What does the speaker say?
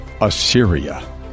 Assyria